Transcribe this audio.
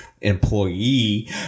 employee